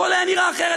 הכול היה נראה אחרת.